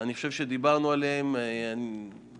אני חושב שדיברנו עליהם בעבר.